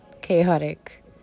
chaotic